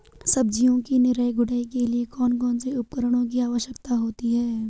सब्जियों की निराई गुड़ाई के लिए कौन कौन से उपकरणों की आवश्यकता होती है?